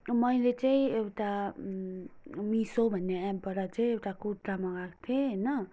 मैले चाहिँ एउटा मिसो भन्ने एपबाट चाहिँ एउटा कुर्ता मगाएको थिएँ होइन